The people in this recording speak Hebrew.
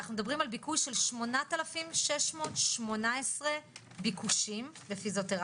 אנחנו מדברים על ביקוש של 8,618 ביקושים בפיזיותרפיה,